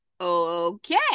okay